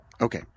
Okay